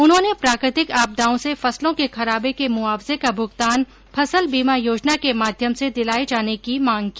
उन्होंने प्राकृतिक आपदाओं से फसलों के खराबे के मुआवजे का भूगतान फसल बीमा योजना के माध्यम से दिलाये जाने की मांग की